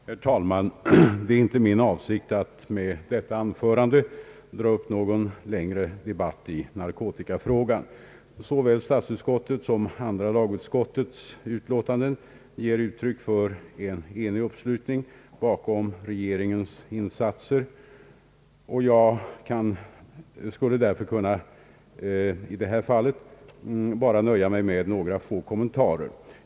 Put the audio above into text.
Herr talman! Det är inte min avsikt att med detta anförande dra upp någon längre debatt i narkotikafrågan. Såväl andra lagutskottets utlåtanden nr 59 och 60 som statsutskottets utlåtande nr 113 ger uttryck för en enig uppslutning bakom regeringens insatser, och jag skulle därför i detta fall kunna nöja mig med några få kommentarer.